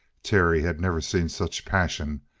terry had never seen such passion,